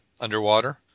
underwater